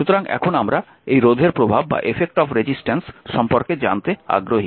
সুতরাং এখন আমরা এই রোধের প্রভাব সম্পর্কে জানতে আগ্রহী